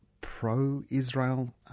pro-Israel